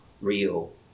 real